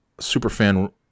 superfan